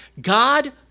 God